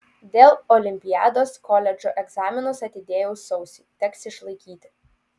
dėl olimpiados koledžo egzaminus atidėjau sausiui teks išlaikyti